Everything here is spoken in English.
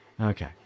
okay